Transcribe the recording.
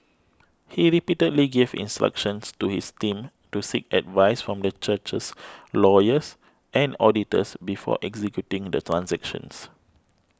he repeatedly gave instructions to his team to seek advice from the church's lawyers and auditors before executing the transactions